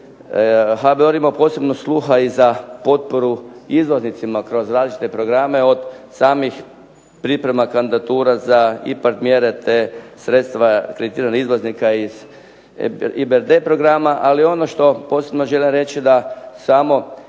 HBOR imao posebno sluha i za potporu izvoznicima kroz različite programe, od samih priprema kandidatura za IPARD mjere te sredstva kreditiranih izvoznika iz …/Ne razumije se./… programa, ali ono što posebno želim reći da samo